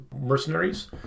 mercenaries